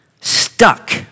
stuck